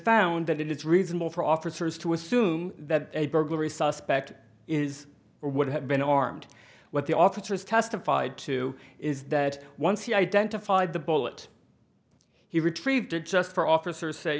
found that it is reasonable for officers to assume that a burglary suspect is or would have been armed what the officers testified to is that once he identified the bullet he retrieved it just for officer